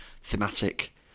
thematic